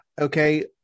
okay